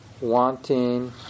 Wanting